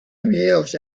reveals